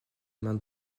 main